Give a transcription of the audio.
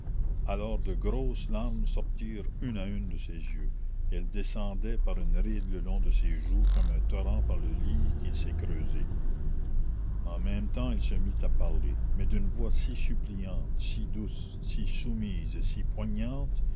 alors de grosses larmes sortirent une à une de ses yeux elles descendaient par une ride le long de ses joues comme un torrent par le lit qu'il s'est creusé en même temps elle se mit à parler mais d'une voix si suppliante si douce si soumise et si poignante